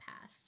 pass